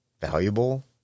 valuable